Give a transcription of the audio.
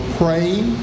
praying